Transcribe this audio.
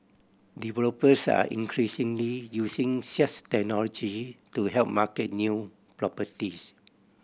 developers are increasingly using such technology to help market new properties